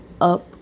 up